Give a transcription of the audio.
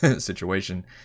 situation